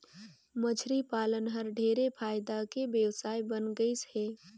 मछरी पालन हर ढेरे फायदा के बेवसाय बन गइस हे